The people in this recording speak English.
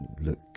look